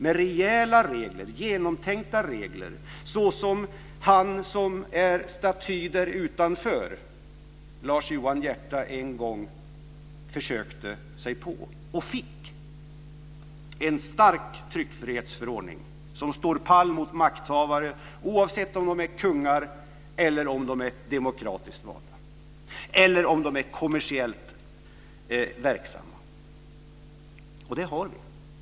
Det ska vara rejäla och genomtänkta regler, såsom han som är staty där utanför, Lars Johan Hierta, en gång försökte få och fick, och en stark tryckfrihetsförordning som står pall mot makthavare oavsett om de är kungar, demokratiskt valda eller kommersiellt verksamma, och det har vi.